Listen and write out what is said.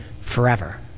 forever